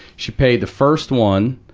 she paid the first one.